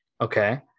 Okay